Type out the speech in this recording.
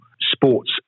sports